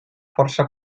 força